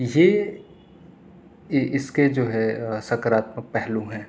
یہ اس کے جو ہے سکاراتمک پہلو ہیں